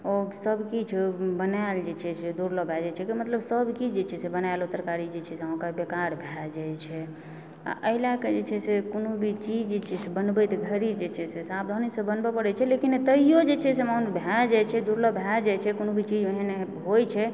ओ सब किछु बनाएल जे छै से दुर्लभ भए जाइत छै एकर मतलब जे सब किछु जे छै से बनाएल ओ तरकारी जे छै से अहाँकेँ बेकार भए जाय छै आ एहि लए कऽ जे छै से कोनो भी चीज जे छै से बनबैत घड़ी जे छै से सावधानीसंँ बनबय पड़ै छै लेकिन तहियो जे छै मानू भए जाय छै दुर्लभ भै जाइत छै कोनो भी चीज ओहन होइत छै